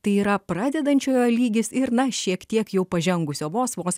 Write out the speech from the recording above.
tai yra pradedančiojo lygis ir na šiek tiek jau pažengusio vos vos